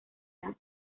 edad